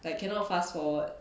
like cannot fast forward